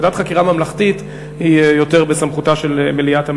ועדת חקירה ממלכתית היא יותר בסמכותה של מליאת הממשלה.